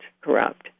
corrupt